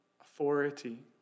authority